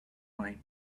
mind